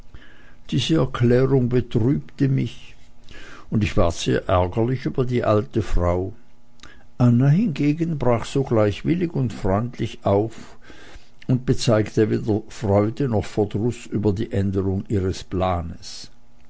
diese erklärung betrübte mich und ich ward sehr ärgerlich über die alte frau anna hingegen brach sogleich willig und freundlich auf und bezeigte weder freude noch verdruß über die änderung ihres planes